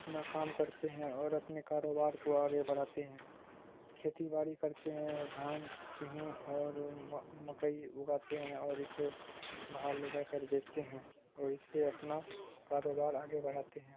اپنا کام کرتے ہیں اور اپنے کاروبار کو آگے بڑھاتے ہیں کھیتی باڑی کرتے ہیں دھان گیہوں اور مکئی اگاتے ہیں اور اسے باہر لے جا کر بیچتے ہیں اور اس سے اپنا کاروبار آگے بڑھاتے ہیں